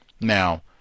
Now